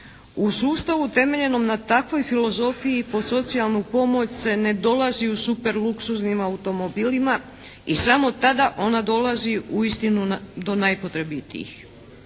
U sustavu temeljenom na takvoj filozofiji po socijalnu pomoć se ne dolazi u super luksuznim automobilima i samo tada ona dolazi uistinu do najpotrebitijih.